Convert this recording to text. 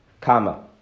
Comma